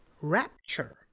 Rapture